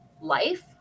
life